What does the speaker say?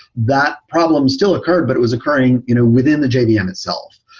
that problem still occurred, but it was occurring you know within the jvm yeah itself.